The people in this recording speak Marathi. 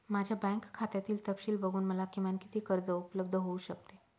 माझ्या बँक खात्यातील तपशील बघून मला किमान किती कर्ज उपलब्ध होऊ शकते?